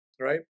Right